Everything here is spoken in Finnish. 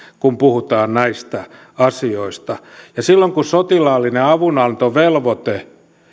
kun puhutaan näistä asioista ja silloin kun sotilaallista avunantovelvoitetta